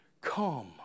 come